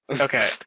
Okay